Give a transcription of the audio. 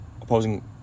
opposing